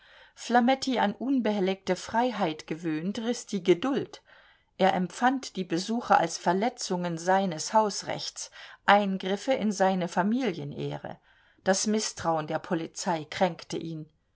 flametti an unbehelligte freiheit gewöhnt riß die geduld er empfand die besuche als verletzungen seines hausrechts eingriffe in seine familienehre das mißtrauen der polizei kränkte ihn